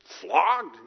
flogged